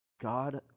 God